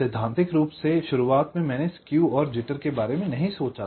सैद्धांतिक रूप से शुरुआत में मैंने स्केव और जिटर के बारे में नहीं सोचा था